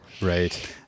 Right